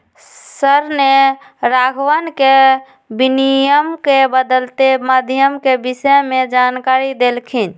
sir ने राघवन के विनिमय के बदलते माध्यम के विषय में जानकारी देल खिन